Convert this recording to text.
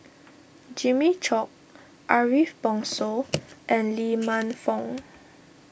Jimmy Chok Ariff Bongso and Lee Man Fong